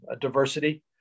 diversity